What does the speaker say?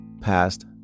past